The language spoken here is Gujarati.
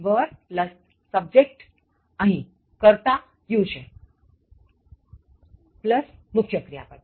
"were" subjectઅહીં કર્તા "you" છે મુખ્ય ક્રિયાપદ